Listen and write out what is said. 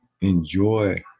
Enjoy